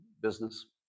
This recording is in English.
business